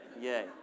Yay